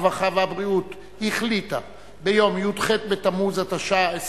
הרווחה והבריאות החליטה ביום י"ח בתמוז התשע"א,